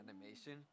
animation